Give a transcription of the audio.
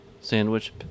sandwich